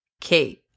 Kate